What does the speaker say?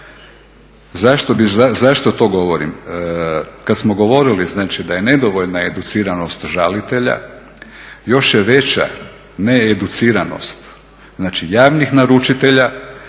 Zašto to govorim? Kada smo govorili znači da je nedovoljna educiranost žalitelja još je veća needuciranost znači javnih naručitelja.